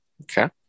Okay